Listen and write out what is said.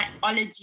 biology